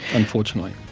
unfortunately,